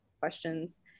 questions